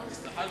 קומוניסטית.